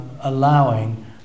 allowing